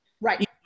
Right